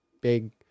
big